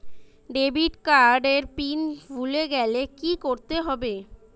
Debit card এর PIN ভুলে গেলে কি করতে হবে?